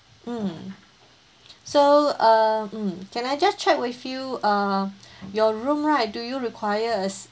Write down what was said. mm so err um can I just check with you err your room right do you require a